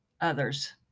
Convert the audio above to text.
others